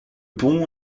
pont